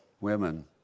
women